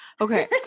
okay